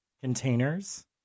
containers